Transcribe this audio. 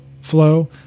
flow